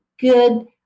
good